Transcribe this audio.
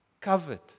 Covered